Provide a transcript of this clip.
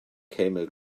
camel